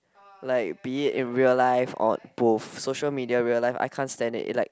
like be it in real life or both social media real life I can't stand it like